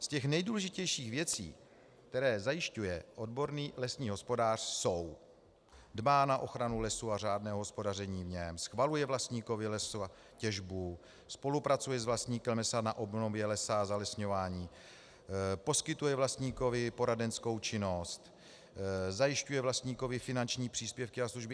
Z těch nedůležitějších věci, které zajišťuje odborný lesní hospodář: dbá na ochranu lesů a řádného hospodaření v něm, schvaluje vlastníkovi lesa těžbu, spolupracuje s vlastníkem lesa na obnově lesa a zalesňování, poskytuje vlastníkovi poradenskou činnost, zajišťuje vlastníkovi finanční příspěvky a služby atd. atd.